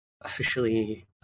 officially